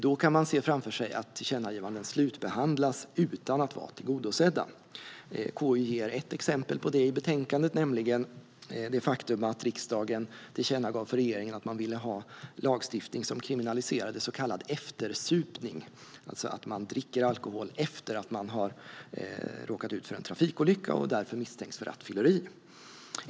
Framför sig kan man då se att tillkännagivanden slutbehandlas utan att vara tillgodosedda. I betänkandet ger KU ett exempel på detta, nämligen det faktum att riksdagen tillkännagav för regeringen att man ville ha lagstiftning som kriminaliserade så kallad eftersupning, vilket innebär att man dricker alkohol efter att man har råkat ut för en trafikolycka och därför misstänks för rattfylleri.